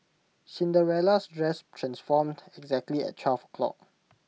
Cinderella's dress transformed exactly at twelve o' clock